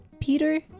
Peter